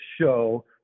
show